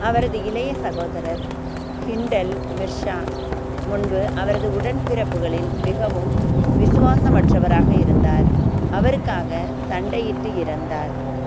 அவரது இளைய சகோதரர் ஹிண்டல் மிர்ஷா முன்பு அவரது உடன்பிறப்புகளில் மிகவும் விசுவாசமற்றவராக இருந்தார் அவருக்காக சண்டையிட்டு இறந்தார்